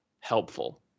helpful